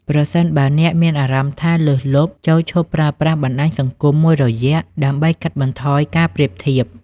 ប្រសិនបើអ្នកមានអារម្មណ៍ថាលើសលប់ ចូរឈប់ប្រើប្រាស់បណ្តាញសង្គមមួយរយៈ ដើម្បីកាត់បន្ថយការប្រៀបធៀប។